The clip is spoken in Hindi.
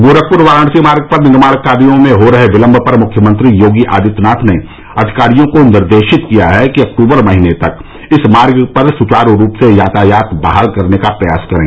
गोरखपुर वाराणसी मार्ग पर निर्माण कार्यो में हो रहे विलम्ब पर मुख्यमंत्री योगी आदित्यनाथ ने अधिकारियों को निर्देशित किया कि अक्टूबर महीने तक इस मार्ग पर सुवारू रूप से यातायात बहाल करने का प्रयास करें